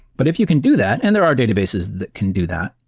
but if you can do that and there are databases that can do that.